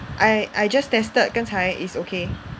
I I just tested 刚才 it's okay